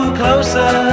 closer